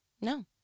no